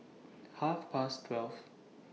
Half Past twelve